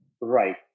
Right